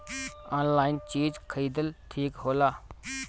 Online चीज खरीदल ठिक होला?